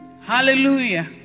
hallelujah